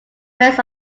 rest